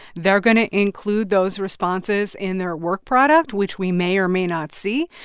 they're going to include those responses in their work product, which we may or may not see.